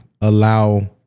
allow